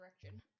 direction